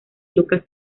lucas